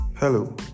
Hello